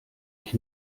ich